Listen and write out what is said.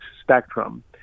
spectrum